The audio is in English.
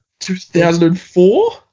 2004